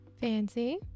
Fancy